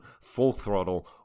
full-throttle